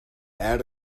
out